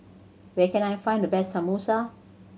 where can I find the best Samosa